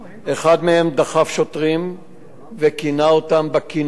אחד מהם דחף שוטרים וכינה אותם בכינויים: